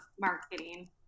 marketing